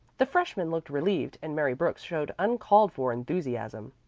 the freshmen looked relieved and mary brooks showed uncalled-for enthusiasm.